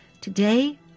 Today